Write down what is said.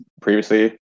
previously